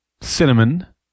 cinnamon